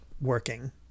working